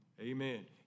amen